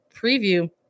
preview